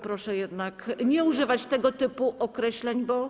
Bardzo proszę jednak nie używać tego typu określeń, bo.